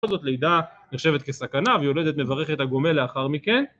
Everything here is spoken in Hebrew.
בכל זאת לידה נחשבת כסכנה ויולדת מברכת הגומל לאחר מכן